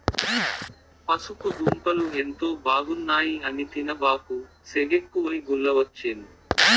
పసుపు దుంపలు ఎంతో బాగున్నాయి అని తినబాకు, సెగెక్కువై గుల్లవచ్చేను